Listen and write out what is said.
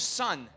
son